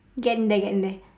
getting there getting there